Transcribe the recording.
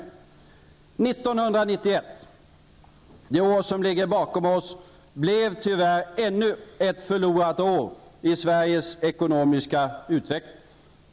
1991, det år som ligger bakom oss, blev tyvärr ännu ett förlorat år i Sveriges ekonomiska utveckling.